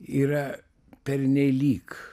yra pernelyg